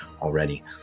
already